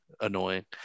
annoying